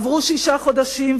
עברו שישה חודשים,